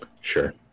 Sure